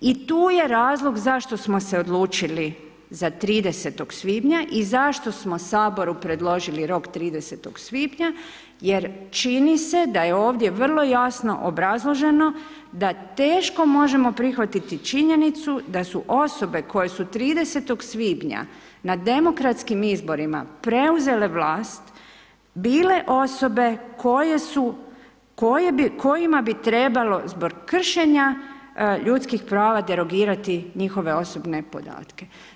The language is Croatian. I tu je razlog zašto smo se odlučili za 30.5. i zašto smo Saboru predložili rok 30.5. jer čini se da je ovdje vrlo jasno obrazloženo, da teško možemo prihvatiti činjenicu da su osobe koje su 30.5. na demokratskim izborima preuzele vlast, bile osobe koje su, kojima bi trebalo zbog kršenja ljudskih prava derogirati njihove osobne podatke.